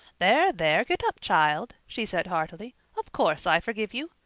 there, there, get up, child, she said heartily. of course i forgive you.